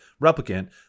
replicant